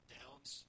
Downs